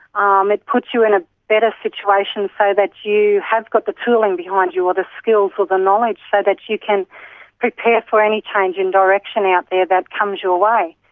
um it puts you in a better situation so that you have got the tooling behind you or the skills or the knowledge so that you can prepare for any change in direction out there that comes your way.